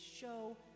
show